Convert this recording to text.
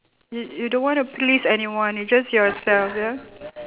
you you don't want to please anyone you just yourself ya